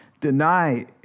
deny